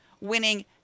winning –